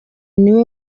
niwe